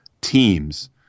teams